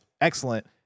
excellent